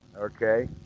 Okay